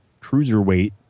cruiserweight